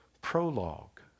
prologue